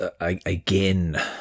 again